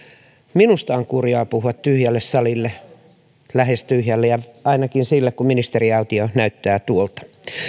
minusta on kurjaa puhua tyhjälle salille lähes tyhjälle ja ainakin silloin kun ministeriaitio näyttää tuolta